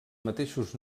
mateixos